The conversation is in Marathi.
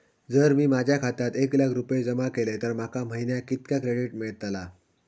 जर मी माझ्या खात्यात एक लाख रुपये जमा केलय तर माका महिन्याक कितक्या क्रेडिट मेलतला?